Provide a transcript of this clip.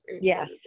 Yes